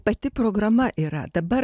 pati programa yra dabar